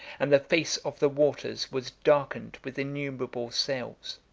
and the face of the waters was darkened with innumerable sails.